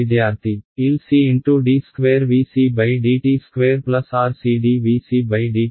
విద్యార్థి LC × d2 VC dt2 RC d VC dt VC 0